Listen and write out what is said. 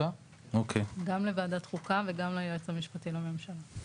גם לוועדת חוקה וגם ליועץ המשפטי לממשלה.